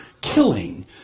killing